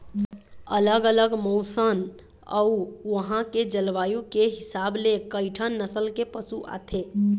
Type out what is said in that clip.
अलग अलग मउसन अउ उहां के जलवायु के हिसाब ले कइठन नसल के पशु आथे